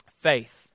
faith